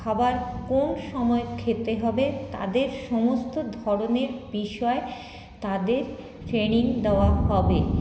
খাবার কোন সময়ে খেতে হবে তাদের সমস্ত ধরনের বিষয় তাদের ট্রেনিং দেওয়া হবে